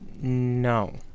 No